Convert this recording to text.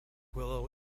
willow